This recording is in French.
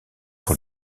pour